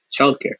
childcare